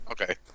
Okay